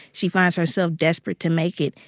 she finds herself desperate to make it,